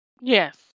yes